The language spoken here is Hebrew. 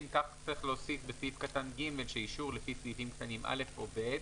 אם כך צריך להוסיף בסעיף (ג): "אישור לפי סעיפים (א) או (ב)